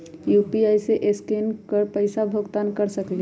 UPI से scan कर पईसा भुगतान कर सकलीहल?